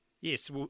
yes